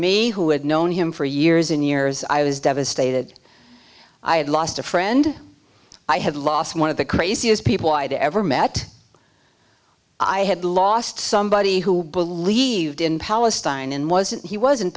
me who had known him for years and years i was devastated i had lost a friend i had lost one of the craziest people i'd ever met i had lost somebody who believed in palestine and wasn't he wasn't